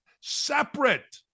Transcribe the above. separate